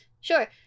Sure